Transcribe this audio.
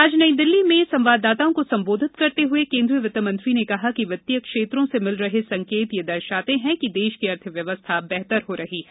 आज नई दिल्ली में संवाददाताओं को संबोधित करते हुए वित्तमंत्री ने कहा कि वित्तीय क्षेत्रों से मिल रहे संकेत यह दर्शाते हैं कि देश की अर्थव्यवस्था बेहतर हो रही है